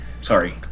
Sorry